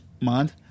month